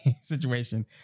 situation